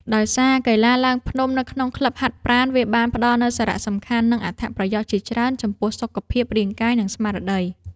ដោយសារកីឡាឡើងភ្នំនៅក្នុងក្លឹបហាត់ប្រាណ វាបានផ្ដល់នូវសារៈសំខាន់ និងអត្ថប្រយោជន៍ជាច្រើនចំពោះសុខភាពរាងកាយ និងស្មារតី។